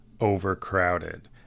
overcrowded